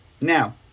Now